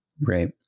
Right